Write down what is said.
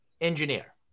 Engineer